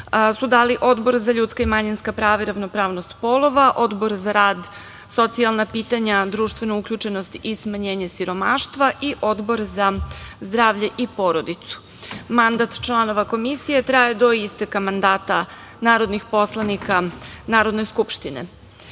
su dali Odbor za ljudska i manjinska prava i ravnopravnost polova, Odbor za rad, socijalna pitanja, društvenu uključenost i smanjenje siromaštva i Odbor za zdravlje i porodicu. Mandat članova Komisije traje do isteka mandata narodnih poslanika Narodne skupštine. Zadatak